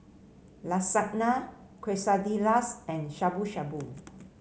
Lasagne Quesadillas and Shabu Shabu